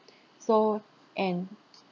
so and